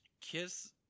KISS